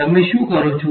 તમે શું કરો છો